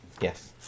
Yes